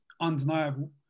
undeniable